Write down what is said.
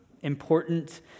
important